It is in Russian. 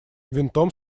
винтом